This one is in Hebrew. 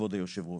כבוד היושב ראש,